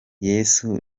yesu